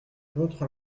l’autre